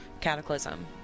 Cataclysm